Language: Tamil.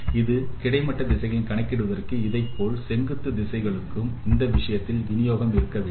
இது கிடைமட்ட திசைகளில் கணக்கிடுவதற்கு இதைப்போல் செங்குத்து திசைகளும் இந்த விஷயத்தில் வினியோகம் இருக்க வேண்டும்